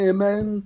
Amen